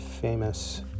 famous